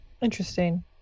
interesting